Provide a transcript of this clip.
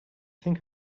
think